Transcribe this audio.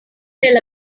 fell